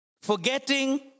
Forgetting